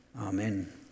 amen